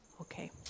Okay